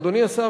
אדוני השר,